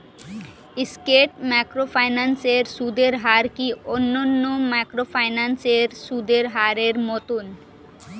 স্কেট microfinance এর সুদের হার কি অন্যান্য মাইক্রোফিন্যান্স এর সুদের হারের মতন?